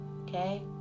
okay